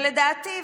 ולדעתי,